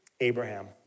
Abraham